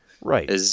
Right